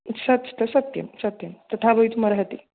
सत् स सत्यं सत्यं तथा भवितुमर्हति